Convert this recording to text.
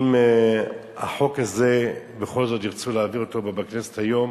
אם בכל זאת ירצו להעביר את החוק הזה בכנסת היום,